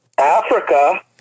Africa